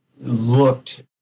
looked